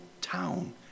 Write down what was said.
town